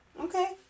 Okay